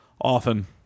Often